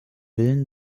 willen